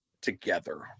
together